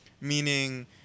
Meaning